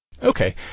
Okay